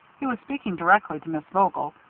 he was speaking directly to miss vogel,